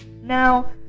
Now